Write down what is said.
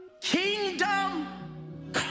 kingdom